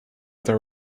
there